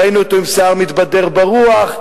ראינו אותו עם שיער מתבדר ברוח,